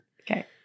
Okay